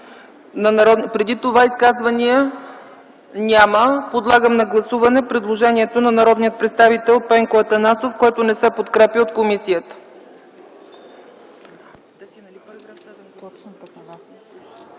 режим на гласуване. Подлагам на гласуване предложението на народния представител Пенко Атанасов, което не се подкрепя от комисията.